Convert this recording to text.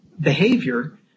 behavior